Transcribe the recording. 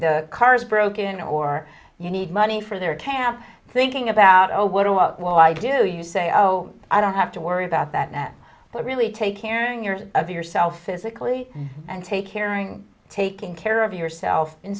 the car is broken or you need money for their task thinking about oh what a what will i do you say oh i don't have to worry about that now but really take airing yours of yourself physically and take caring taking care of yourself in